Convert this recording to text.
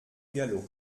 galop